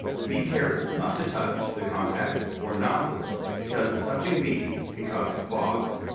be careful not to touch the contacts or nozzles because touching these can cause clogs,